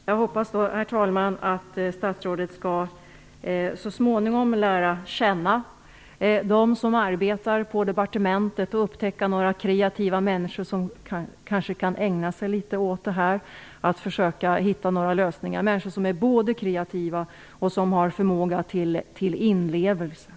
Herr talman! Jag hoppas att statsrådet så småningom skall lära känna dem som arbetar på departementet och upptäcka några människor där som både är kreativa och har förmåga till inlevelse och som kan ägna sig litet åt att försöka hitta några lösningar.